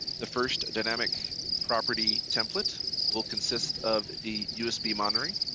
the first dynamic property template will consist of the usb monitoring